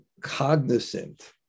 cognizant